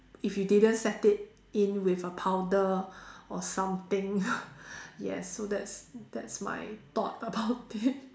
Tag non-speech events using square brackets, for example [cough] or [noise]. if you didn't set it in with a powder or something [laughs] yes so that's that's my thought about it